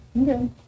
Okay